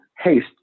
haste